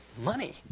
money